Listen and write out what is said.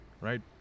Right